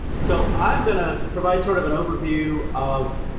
so i'm going to provide sort of an overview of